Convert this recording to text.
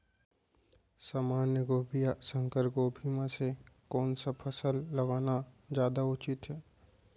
सामान्य गोभी या संकर गोभी म से कोन स फसल लगाना जादा उचित हे?